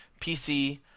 PC